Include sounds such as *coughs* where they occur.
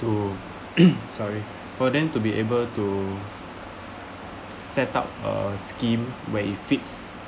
to *coughs* sorry for them to be able to set up a scheme where it fits